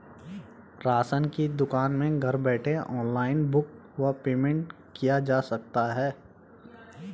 Ration की दुकान में घर बैठे ऑनलाइन बुक व पेमेंट किया जा सकता है?